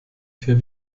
vier